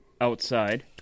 outside